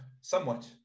somewhat